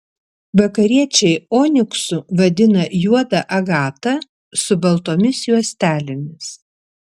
vakariečiai oniksu vadina juodą agatą su baltomis juostelėmis